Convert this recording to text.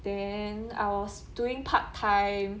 then I was doing part time